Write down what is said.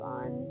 on